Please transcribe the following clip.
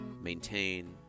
maintain